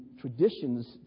traditions